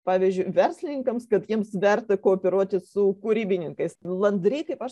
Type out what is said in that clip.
pavyzdžiui verslininkams kad jiems verta kooperuotis su kūrybininkais landri kaip aš